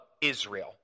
Israel